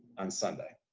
on sunday.